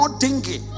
dingy